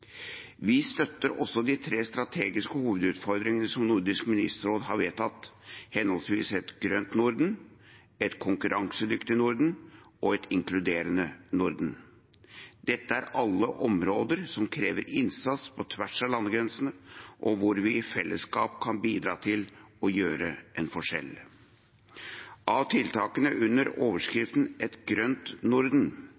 Vi støtter også de tre strategiske hovedutfordringene som Nordisk ministerråd har vedtatt, henholdsvis et grønt Norden, et konkurransedyktig Norden og et inkluderende Norden. Dette er alle områder som krever innsats på tvers av landegrensene, og hvor vi i fellesskap kan bidra til å gjøre en forskjell. Av tiltakene under